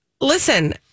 listen